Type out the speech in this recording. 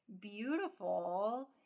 beautiful